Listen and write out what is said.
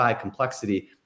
complexity